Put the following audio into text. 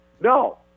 No